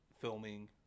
filming